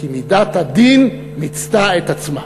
כי מידת הדין מיצתה את עצמה.